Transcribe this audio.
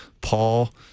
Paul